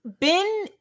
Ben